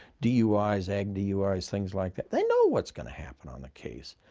duis, agg duis, things like that. they know what's going to happen on the case.